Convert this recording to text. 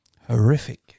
horrific